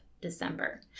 December